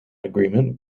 agreement